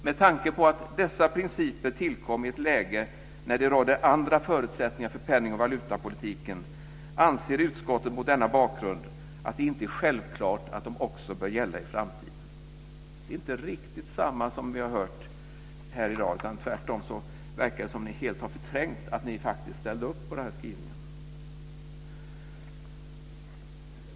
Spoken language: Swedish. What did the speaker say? Med tanke på att dessa principer tillkommit i ett läge när det råder andra förutsättningar för penning och valutapolitiken anser utskottet mot denna bakgrund att det inte är självklart att de också bör gälla i framtiden. Det är inte riktigt detsamma som vi har hört här i dag, utan tvärtom verkar det som att ni helt har förträngt att ni faktiskt ställde upp på de här skrivningarna.